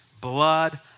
blood